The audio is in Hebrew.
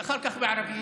אחר כך בערבית,